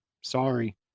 Sorry